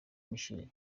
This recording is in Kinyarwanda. michel